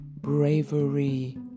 bravery